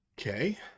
Okay